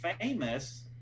famous